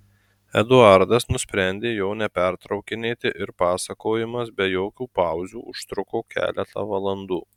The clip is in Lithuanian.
eduardas nusprendė jo nepertraukinėti ir pasakojimas be jokių pauzių užtruko keletą valandų